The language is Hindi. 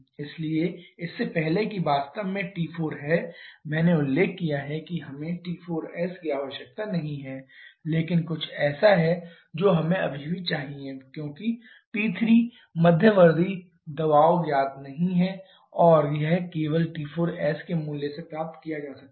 इसलिए इससे पहले कि वास्तव में T4 है मैंने उल्लेख किया है कि हमें T4s की आवश्यकता नहीं है लेकिन कुछ ऐसा है जो हमें अभी भी चाहिए क्योंकि P3 मध्यवर्ती दबाव ज्ञात नहीं है और यह केवल T4s के मूल्य से प्राप्त किया जा सकता है